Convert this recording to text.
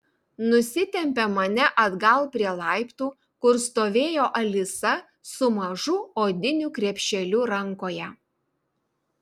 nusitempė mane atgal prie laiptų kur stovėjo alisa su mažu odiniu krepšeliu rankoje